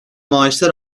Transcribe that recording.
maaşlar